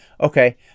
Okay